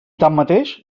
tanmateix